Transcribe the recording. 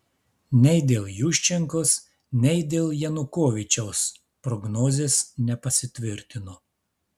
nei dėl juščenkos nei dėl janukovyčiaus prognozės nepasitvirtino